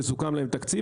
שסוכם להם תקציב,